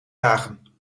dagen